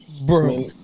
Bro